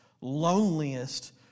loneliest